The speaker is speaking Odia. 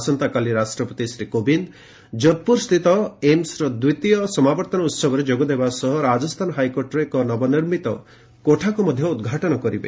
ଆସନ୍ତାକାଲି ରାଷ୍ଟପତି ଶ୍ରୀ କୋବିନ୍ଦ ଯୋଧପୁରସ୍ଥିତ ଏମ୍ସର ଦ୍ୱିତୀୟ ସମାବର୍ଭନ ଉହବରେ ଯୋଗଦେବା ସହ ରାଜସ୍ଥାନ ହାଇକୋର୍ଟର ଏକ ନବନିର୍ମିତ କୋଠାକୁ ମଧ୍ୟ ଉଦ୍ଘାଟନ କରିବେ